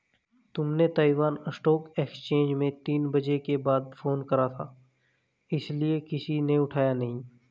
तुमने Taiwan stock exchange में तीन बजे के बाद फोन करा था इसीलिए किसी ने उठाया नहीं